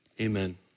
Amen